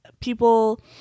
People